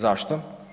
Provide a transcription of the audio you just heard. Zašto?